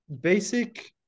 basic